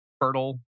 fertile